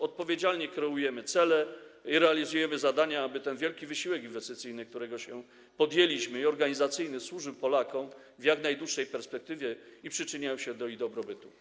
Odpowiedzialnie kreujemy cele i realizujemy zadania, aby ten wielki wysiłek inwestycyjny, którego się podjęliśmy, i organizacyjny służył Polakom w jak najdłuższej perspektywie i przyczyniał się do zapewnienia im dobrobytu.